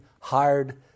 hired